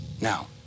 Now